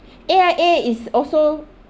A_I_A is also